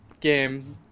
game